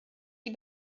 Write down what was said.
die